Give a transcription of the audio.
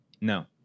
No